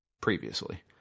previously